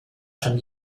schon